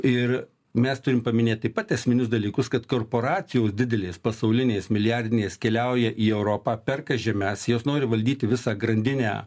ir mes turim paminėt taip pat esminius dalykus kad korporacijos didelės pasaulinės milijardinės keliauja į europą perka žemes jos nori valdyti visą grandinę